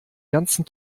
ganzen